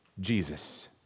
Jesus